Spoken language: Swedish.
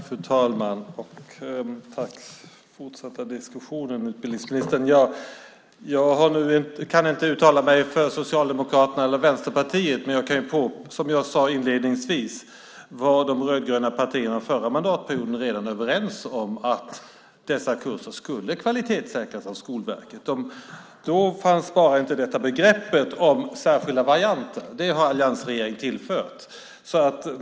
Fru talman! Tack för den fortsatta diskussionen, utbildningsministern! Jag kan inte uttala mig för Socialdemokraterna eller Vänsterpartiet men jag kan påpeka, som jag sade inledningsvis, att de rödgröna partierna redan under förra mandatperioden var överens om att dessa kurser skulle kvalitetssäkras av Skolverket. Då fanns bara inte detta begrepp om särskilda varianter, utan det har alliansregeringen tillfört.